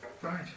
Right